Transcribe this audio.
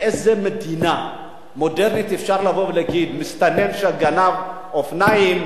באיזו מדינה מודרנית אפשר להגיד שמסתנן שגנב אופניים,